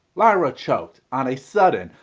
lira choked on a sudden,